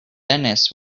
dennis